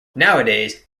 nowadays